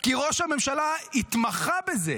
כי ראש הממשלה התמחה בזה,